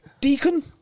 Deacon